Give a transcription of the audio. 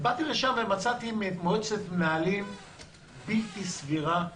מצאתי שם מועצת מנהלים בלתי סבירה,